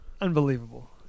Unbelievable